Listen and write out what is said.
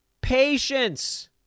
patience